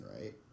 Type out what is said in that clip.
right